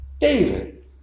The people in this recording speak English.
David